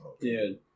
Dude